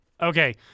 Okay